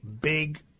big